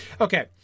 Okay